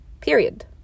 period